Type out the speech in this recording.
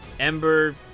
Ember